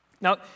Now